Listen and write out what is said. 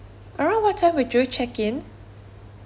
around what time would you check in